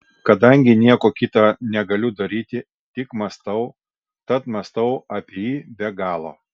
kadangi nieko kita negaliu daryti tik mąstau tad mąstau apie jį be galo